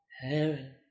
Heaven